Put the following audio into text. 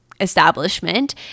establishment